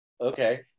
okay